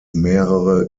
mehrere